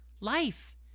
Life